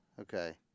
Okay